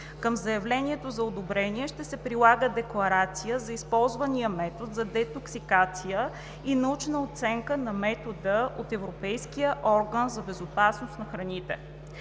Към заявлението за одобрение ще се прилага декларация за използвания метод за детоксикация и научна оценка на метода от Европейския орган за безопасност на храните.